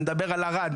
אני מדבר על ערד,